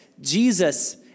Jesus